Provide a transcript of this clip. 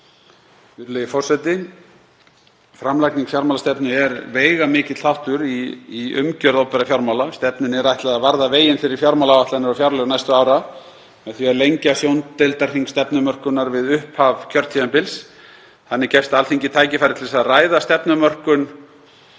Virðulegi forseti. Framlagning fjármálastefnu er veigamikill þáttur í umgjörð opinberra fjármála. Stefnunni er ætlað að varða veginn fyrir fjármálaáætlanir og fjárlög næstu ára með því að lengja sjóndeildarhring stefnumörkunar við upphaf kjörtímabils. Þannig gefst Alþingi tækifæri til þess að ræða um stefnumörkun